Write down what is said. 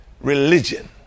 religion